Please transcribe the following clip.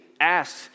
asked